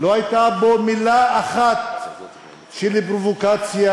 לא הייתה בו מילה אחת של פרובוקציה,